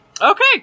Okay